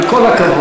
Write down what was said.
עם כל הכבוד,